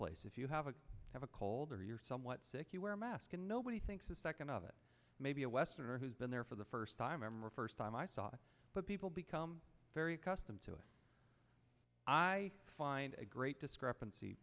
commonplace if you have a have a cold or you're somewhat sick you wear a mask and nobody thinks a second of it may be a westerner who's been there for the first time or first time i saw but people become very accustomed to it i find a great discrepancy